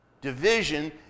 Division